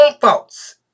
faults